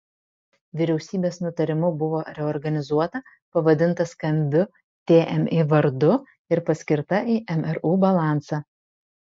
vyriausybės nutarimu buvo reorganizuota pavadinta skambiu tmi vardu ir paskirta į mru balansą